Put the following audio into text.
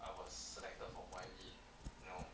I was selected for Y lead you know